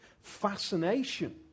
fascination